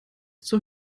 zur